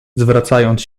zwracając